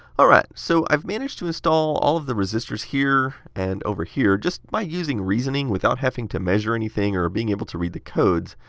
all right, so i've managed to install all of these resistors here and over here just by using reasoning without having to measure anything or being able to read the codes.